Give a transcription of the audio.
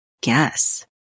guess